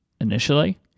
initially